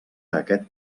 aquest